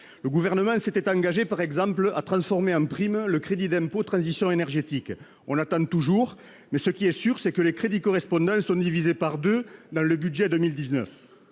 Le Gouvernement s'était engagé, par exemple, à transformer en prime le crédit d'impôt pour la transition énergétique. On attend toujours ; mais ce qui est sûr, c'est que les crédits correspondants sont divisés par deux dans le budget pour